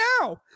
now